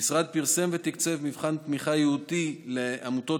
המשרד פרסם ותקצב מבחן תמיכה ייעודי לעמותות